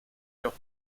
los